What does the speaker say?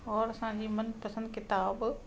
और असांजी मनपसंद किताबु